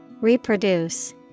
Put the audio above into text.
Reproduce